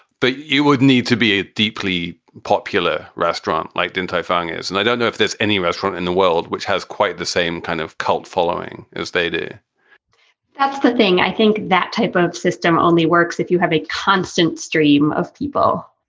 but you would need to be a deeply popular restaurant like didn't-i fung is. and i don't know if there's any restaurant in the world which has quite the same kind of cult following as they do that's the thing i think that type of system only works if you have a constant stream of people,